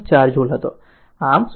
4 જુલ હતો આમ 0